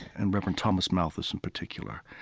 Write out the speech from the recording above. and reverend thomas malthus in particular,